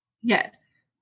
Yes